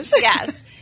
Yes